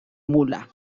mula